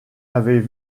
avaient